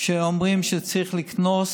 שאומרים שצריך לקנוס